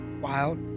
wild